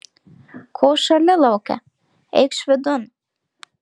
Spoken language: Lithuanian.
ko šąli lauke eikš vidun